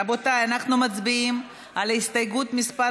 רבותיי, אנחנו מצביעים על הסתייגות מס'